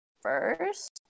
first